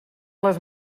les